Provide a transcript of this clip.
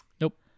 Nope